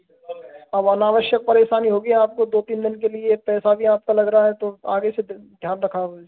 अब अवनावश्यक परेशानी होगी आपको दो तीन दिन के लिए पैसा भी आपका लग रहा है तो आगे से फिर ध्यान रखा